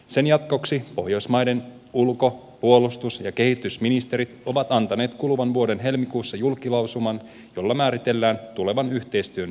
sen jatkoksi pohjoismaiden ulko puolustus ja kehitysministerit ovat antaneet kuluvan vuoden helmikuussa julkilausuman jolla määritellään tulevan yhteistyön prioriteetteja